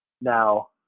Now